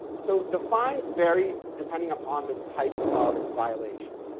so the fines vary depending upon the type of violation.